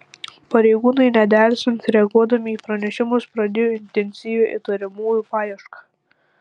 pareigūnai nedelsiant reaguodami į pranešimus pradėjo intensyvią įtariamųjų paiešką